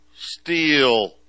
steel